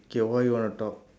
okay what you want to talk